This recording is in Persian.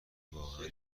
واقعا